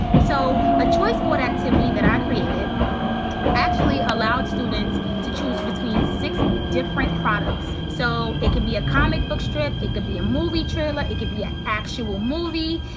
so a choice board activity that i created actually allowed students to choose between six different products. so it could be a comic book strip, it could be a movie trailer, it could be an actual movie,